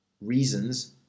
reasons